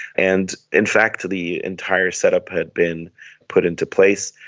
and in fact the entire setup had been put into place,